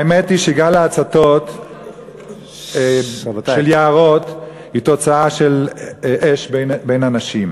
האמת היא שגל ההצתות של יערות הוא תוצאה של אש בין אנשים.